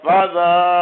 Father